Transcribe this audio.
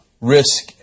risk